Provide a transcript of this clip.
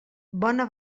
bona